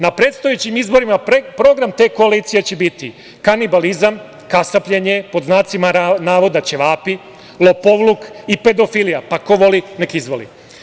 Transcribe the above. Na predstojećim izborima program te koalicije će biti kanibalizam, kasapljenje, „ćevapi“, lopovluk i pedofilija, pa ko voli, nek izvoli.